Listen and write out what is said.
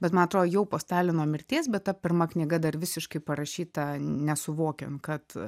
bet ma atro jau po stalino mirties bet ta pirma knyga dar visiškai parašyta nesuvokiam kad